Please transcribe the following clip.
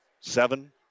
seven